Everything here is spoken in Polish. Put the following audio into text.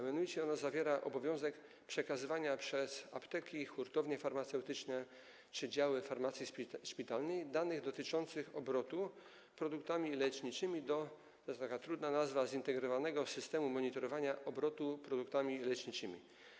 Mianowicie określa ono obowiązek przekazywania przez apteki i hurtownie farmaceutyczne czy działy farmacji szpitalnej danych dotyczących obrotu produktami leczniczymi do - to jest taka trudna nazwa - Zintegrowanego Systemu Monitorowania Obrotu Produktami Leczniczymi.